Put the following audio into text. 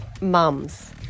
mums